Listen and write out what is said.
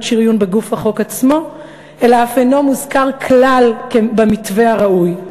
שריון בגוף החוק עצמו אלא אף אינו מוזכר כלל במתווה הראוי.